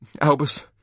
Albus